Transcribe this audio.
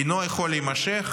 אינו יכול להימשך.